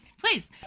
please